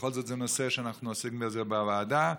בכל זאת זה נושא שאנחנו עוסקים בו בוועדה.